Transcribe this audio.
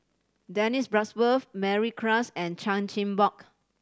Dennis Bloodworth Mary Klass and Chan Chin Bock